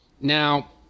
Now